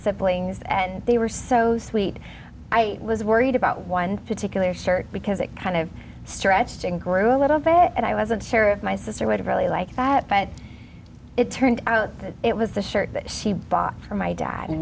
siblings and they were so sweet i was worried about one particular shirt because it kind of stretched and grew a little bit and i wasn't sure if my sister would really like that but it turned out it was the shirt she bought for my dad and